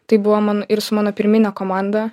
tai buvo man ir su mano pirmine komanda